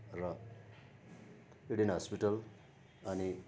र Eden hospital अनि